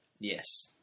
Yes